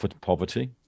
poverty